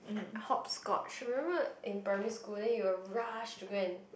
Hopscotch should remember in primary school then you rush to gain